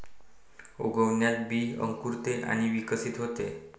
उगवणात बी अंकुरते आणि विकसित होते